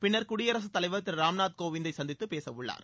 பின்னா் குடியரசுத் தலைவா் திரு ராம்நாத் கோவிந்தை சந்தித்து பேச உள்ளார்